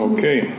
Okay